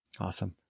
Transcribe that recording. Awesome